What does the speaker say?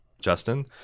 Justin